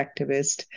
activist